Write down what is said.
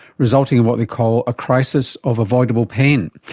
resulting in what they call a crisis of avoidable pain.